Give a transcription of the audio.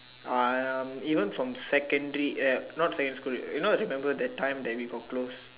um even from secondary eh not secondary school you know remember that time that we got close